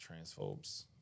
transphobes